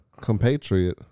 compatriot